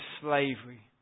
slavery